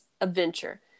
adventure